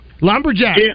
Lumberjack